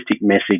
message